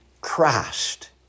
Christ